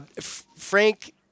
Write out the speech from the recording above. Frank